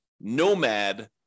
nomad